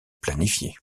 planifié